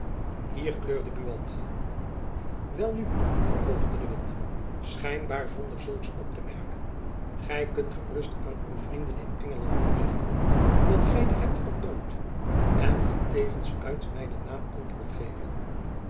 hier kleurde buat wel nu vervolgde de witt schijnbaar zonder zulks op te merken gy kunt gerust aan uw vrienden in engeland berichten dat gy die hebt vertoond en hun tevens uit mijnen naam antwoord geven